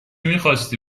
میخواستی